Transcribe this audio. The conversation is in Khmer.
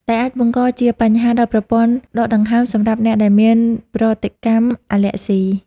ដែលអាចបង្កជាបញ្ហាដល់ប្រព័ន្ធដកដង្ហើមសម្រាប់អ្នកដែលមានប្រតិកម្មអាឡែហ្ស៊ី។